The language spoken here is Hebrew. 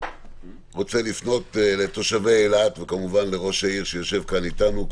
אני רוצה לפנות לתושבי אילת וכמובן לראש העיר שיושב כאן איתנו,